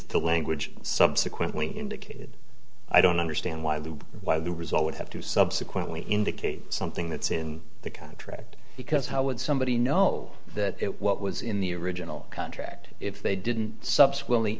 the language subsequently indicated i don't understand why the why the result would have to subsequently indicate something that's in the contract because how would somebody know that what was in the original contract if they didn't subsequently